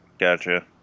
Gotcha